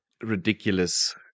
ridiculous